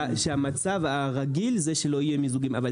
שהמצב הרגיל זה שלא יהיו מיזוגים.